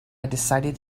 decided